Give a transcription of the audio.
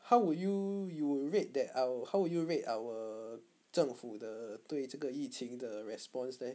how would you you will rate that how would you rate our 政府的对这个疫情 the response leh